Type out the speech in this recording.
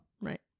right